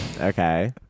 Okay